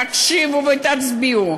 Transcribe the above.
תקשיבו ותצביעו,